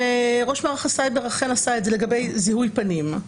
ראש מערך הסייבר אכן עשה את זה לגבי זיהוי פנים.